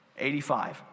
85